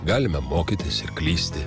galime mokytis ir klysti